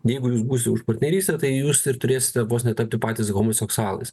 jeigu jūs būsit už partnerystę tai jūs ir turėsite vos ne tapti patys homoseksualais